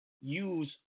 use